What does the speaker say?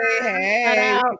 Hey